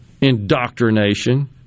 indoctrination